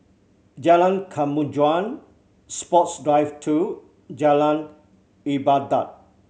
Jalan Kemajuan Sports Drive Two Jalan Ibadat